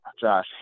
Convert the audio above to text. Josh